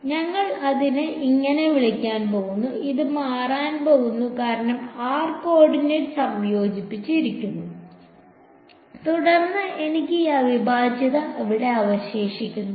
അതിനാൽ ഞങ്ങൾ ഇതിനെ അങ്ങനെ വിളിക്കാൻ പോകുന്നു ഇത് മാറാൻ പോകുന്നു കാരണം r കോർഡിനേറ്റ് സംയോജിപ്പിച്ചിരിക്കുന്നു തുടർന്ന് എനിക്ക് ഈ അവിഭാജ്യത ഇവിടെ അവശേഷിക്കുന്നു